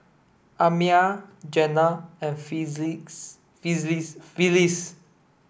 Amiah Jenna and Phyliss